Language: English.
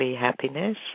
happiness